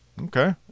Okay